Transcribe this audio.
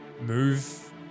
move